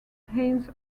haines